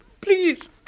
Please